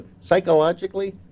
psychologically